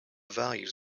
values